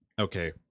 Okay